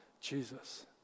Jesus